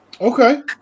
Okay